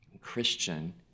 Christian